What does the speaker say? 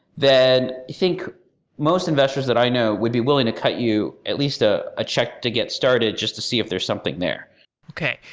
then i think most investors that i know would be willing to cut you at least a ah check to get started just to see if there's something there okay.